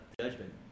judgment